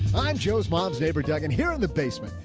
i'm joe's mom's neighbor. doug in here in the basement.